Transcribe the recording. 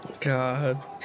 God